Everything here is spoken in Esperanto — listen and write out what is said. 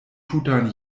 tutan